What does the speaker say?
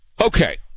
Okay